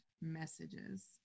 messages